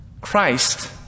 Christ